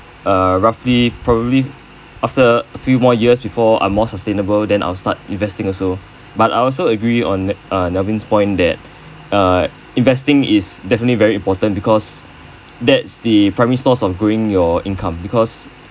uh roughly probably after few more years before I'm more sustainable then I'll start investing also but I also agree on uh melvin's point that uh investing is definitely very important because that's the primary source of growing your income because